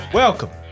welcome